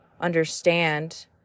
understand